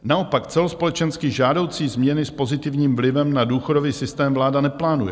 Naopak celospolečensky žádoucí změny s pozitivním vlivem na důchodový systém vláda neplánuje.